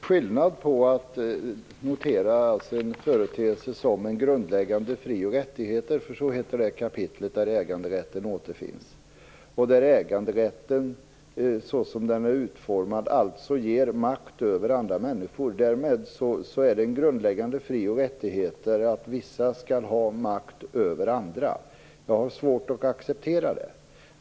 Fru talman! Det är skillnad på att notera en företeelse som en grundläggande fri och rättighet - kapitlet där äganderätten återfinns heter Grundläggande fri och rättigheter. Äganderätten såsom den är utformad ger alltså makt över andra människor. Därmed är det en grundläggande fri och rättighet att vissa skall ha makt över andra. Jag har svårt att acceptera detta.